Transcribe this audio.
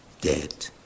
dead